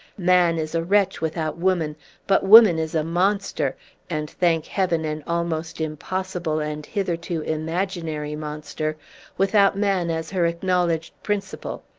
man is a wretch without woman but woman is a monster and, thank heaven, an almost impossible and hitherto imaginary monster without man as her acknowledged principal!